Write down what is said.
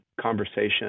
conversation